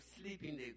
sleeping